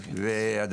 לדעתי,